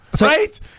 Right